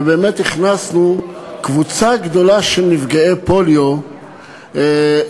ובאמת הכנסנו קבוצה גדולה של נפגעי פוליו לפיצוי,